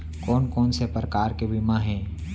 कोन कोन से प्रकार के बीमा हे?